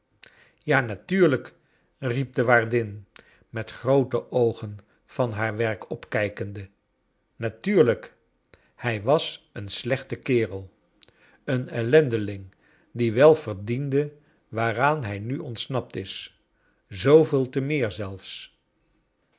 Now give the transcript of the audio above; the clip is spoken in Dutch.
ja natuurlijk riep de waardin met groote oogen van haar werk qpkijkende natuurlijk i hij was een slechte kerel een ellendeling die wel verdiende waaraan hij nu ontsnapt is zooveel te raeer zelfs